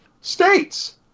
states